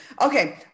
Okay